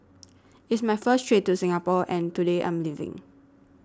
it's my first trip to Singapore and today I'm leaving